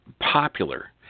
popular